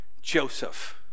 Joseph